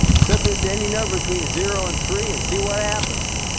set this to any number between zero and three and see what happens